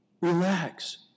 relax